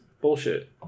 Bullshit